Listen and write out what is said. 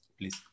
Please